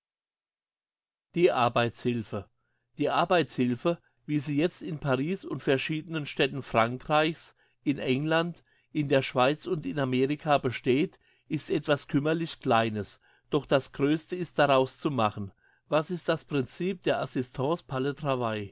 die arbeitshilfe die arbeitshilfe wie sie jetzt in paris und verschiedenen städten frankreichs in england in der schweiz und in amerika besteht ist etwas kümmerlich kleines doch das grösste ist daraus zu machen was ist das princip der assistance